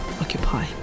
occupy